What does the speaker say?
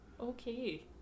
Okay